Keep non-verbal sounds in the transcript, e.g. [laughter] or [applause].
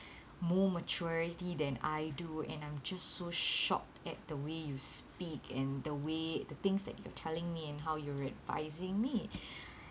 [breath] more maturity than I do and I'm just so shocked at the way you speak and the way the things that you're telling me and how you're advising me [breath]